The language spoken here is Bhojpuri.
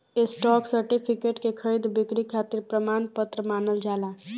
स्टॉक सर्टिफिकेट के खरीद बिक्री खातिर प्रमाण पत्र मानल जाला